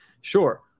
Sure